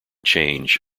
change